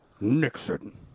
Nixon